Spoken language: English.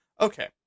Okay